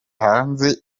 hanze